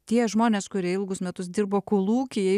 tie žmonės kurie ilgus metus dirbo kolūkyje